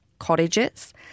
Cottages